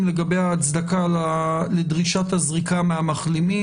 לגבי ההצדקה לדרישת הזריקה מהמחלימים.